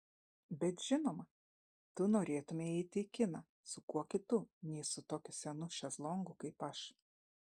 bet žinoma tu norėtumei eiti į kiną su kuo kitu nei su tokiu senu šezlongu kaip aš